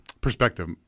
perspective